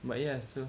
but ya so